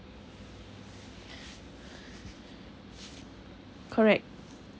correct